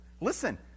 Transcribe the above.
listen